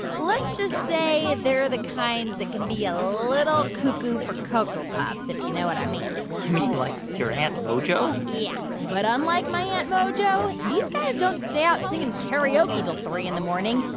let's just say they're the kinds that can be a little cuckoo for cocoa puffs, if you know what i mean you mean like your aunt mojo? yeah. but unlike my aunt mojo, these guys don't stay out singing karaoke until three in the morning.